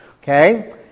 Okay